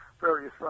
various